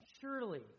Surely